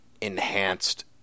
enhanced